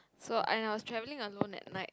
so and I was travelling alone at night